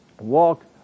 Walk